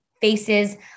faces